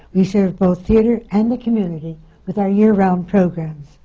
we serve both theatre and the community with our year-around programming.